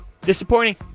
Disappointing